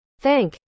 Thank